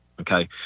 Okay